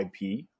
ip